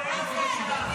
בושה וחרפה.